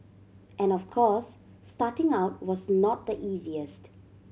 and of course starting out was not the easiest